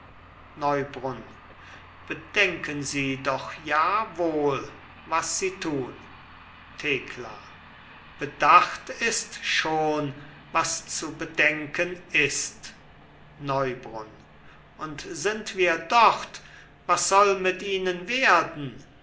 neubrunn bedenken sie doch ja wohl was sie tun thekla bedacht ist schon was zu bedenken ist neubrunn und sind wir dort was soll mit ihnen werden